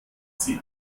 sie